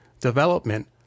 development